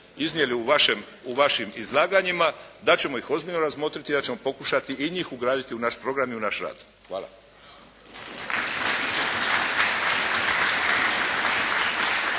u vašem, u vašim izlaganjima da ćemo ih ozbiljno razmotriti. Da ćemo pokušati i njih ugraditi u naš program i u naš rad. Hvala.